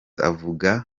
akavuga